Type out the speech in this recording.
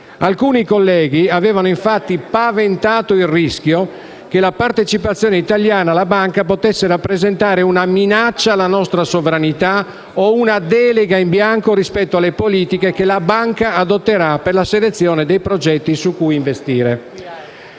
Alcuni colleghi avevano infatti paventato il rischio che la partecipazione italiana alla Banca potesse rappresentare una minaccia alla nostra sovranità o una delega in bianco rispetto alle politiche che la Banca adotterà per la selezione dei progetti sui cui investire.